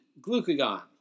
glucagon